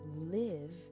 live